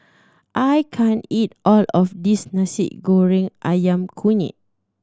I can't eat all of this Nasi Goreng Ayam Kunyit